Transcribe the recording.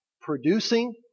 producing